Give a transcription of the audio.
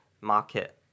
market